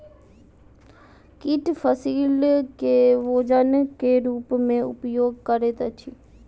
कीट फसील के भोजन के रूप में उपयोग करैत अछि